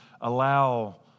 allow